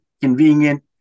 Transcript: convenient